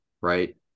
right